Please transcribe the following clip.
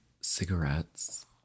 cigarettes